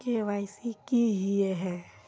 KYC की हिये है?